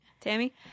Tammy